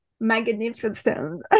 magnificent